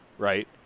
right